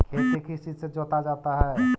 खेती किस चीज से जोता जाता है?